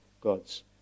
God's